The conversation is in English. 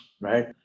right